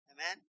Amen